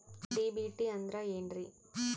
DBT ಅಂದ್ರ ಏನ್ರಿ?